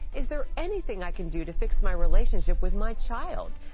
is there anything i can do to fix my relationship with my child?